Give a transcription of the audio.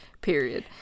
period